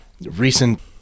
recent